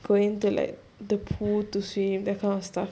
going to like the pool to swim that kind of stuff